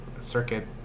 circuit